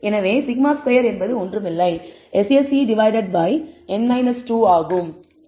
எனவே σ̂2 என்பது ஒன்றுமில்லை SSE டிவைடட் பை n 2 ஆகும்